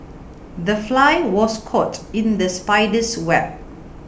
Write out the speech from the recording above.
the fly was caught in the spider's web